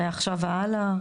מעכשיו והלאה?